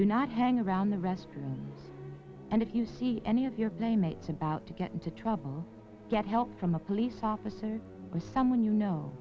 do not hang around the restroom and if you see any of your playmates about to get into trouble get help from a police officer with someone you know